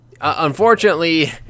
unfortunately